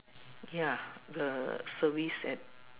ya the service at